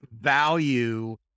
value